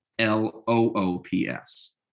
l-o-o-p-s